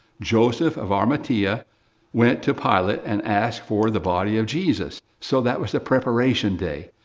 joseph of arimathea went to pilate and asked for the body of jesus. so that was the preparation day.